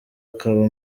akaba